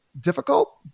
difficult